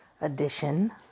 edition